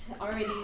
already